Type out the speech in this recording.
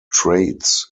traits